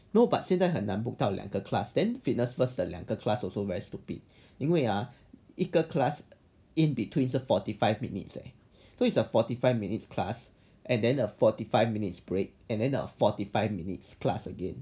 no but 现在很难 booked 到两个 class ten fitness first 的两个 class also very stupid 因为 uh 一个 class in between so forty five minutes leh so it's a forty five minutes class and then a forty five minutes break and then the forty five minutes class again